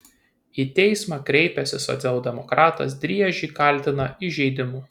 į teismą kreipęsis socialdemokratas driežį kaltina įžeidimu